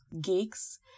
gigs